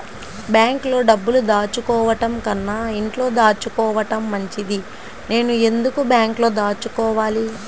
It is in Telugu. బ్యాంక్లో డబ్బులు దాచుకోవటంకన్నా ఇంట్లో దాచుకోవటం మంచిది నేను ఎందుకు బ్యాంక్లో దాచుకోవాలి?